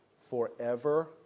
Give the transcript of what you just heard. forever